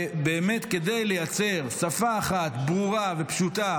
ובאמת כדי לייצר שפה אחת ברורה ופשוטה